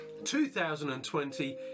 2020